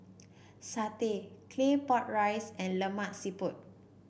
satay Claypot Rice and Lemak Siput